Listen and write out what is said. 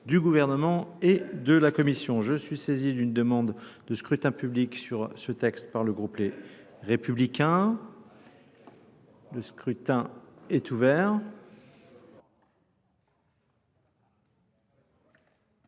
du gouvernement et de la commission. Je suis saisi d'une demande de scrutin public sur ce texte par le groupe Les Républicains. Le scrutin est ouvert.